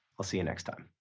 i'll see you next time.